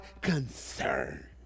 concern